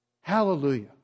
Hallelujah